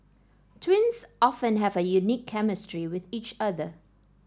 twins often have a unique chemistry with each other